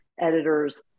editors